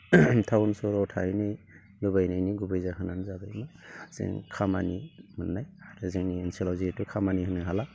town सहराव थाहैनाय लुबैनायनि गुबै जाहोनानो जादों जों खामानि मोननाय आरो जोंनि ओनसोलाव जेबो खामानि होनो हाला